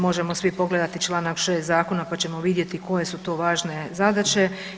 Možemo svi pogledati članak 6. Zakona pa ćemo vidjeti koje su to važne zadaće.